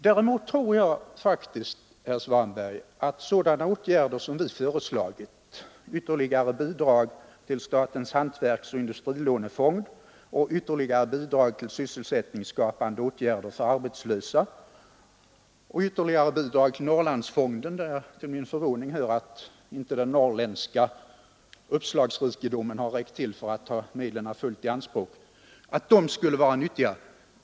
Däremot tror jag faktiskt, herr Svanberg, att sådana åtgärder som vi har föreslagit — ytterligare bidrag till statens hantverksoch industrilånefond, ytterligare bidrag till sysselsättningsskapande åtgärder för arbetslösa och ytterligare bidrag till Norrlandsfonden, där jag till min förvåning hör att den norrländska uppslagsrikedomen inte har räckt till för att ta medlen fullt i anspråk — skulle vara nyttiga.